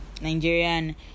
Nigerian